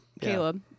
Caleb